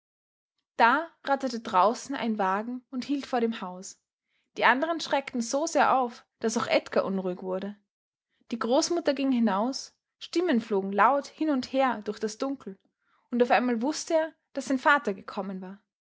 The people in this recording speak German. da ratterte draußen ein wagen und hielt vor dem haus die anderen schreckten so sehr auf daß auch edgar unruhig wurde die großmutter ging hinaus stimmen flogen laut hin und her durch das dunkel und auf einmal wußte er daß sein vater gekommen war